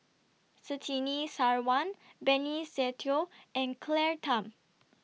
Surtini Sarwan Benny Se Teo and Claire Tham